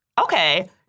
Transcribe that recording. Okay